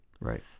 right